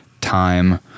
time